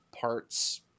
parts